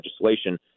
legislation